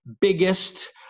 biggest